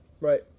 right